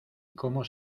cómo